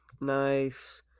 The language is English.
nice